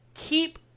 Keep